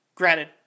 Granted